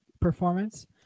performance